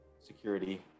security